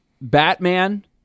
Batman